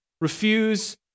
refuse